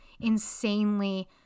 insanely